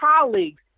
colleagues